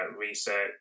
research